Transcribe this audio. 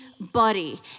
body